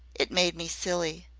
it made me silly.